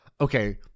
okay